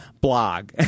blog